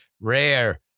rare